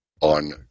on